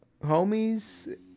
homies